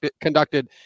conducted